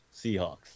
Seahawks